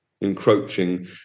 encroaching